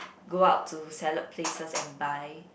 go out to salad places and buy